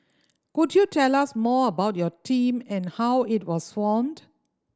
could you tell us more about your team and how it was formed